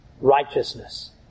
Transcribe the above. righteousness